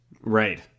Right